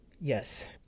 yes